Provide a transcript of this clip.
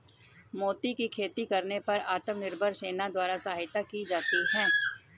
मोती की खेती करने पर आत्मनिर्भर सेना द्वारा सहायता की जाती है